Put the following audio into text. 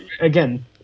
again